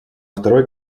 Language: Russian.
второй